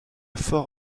fort